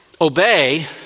Obey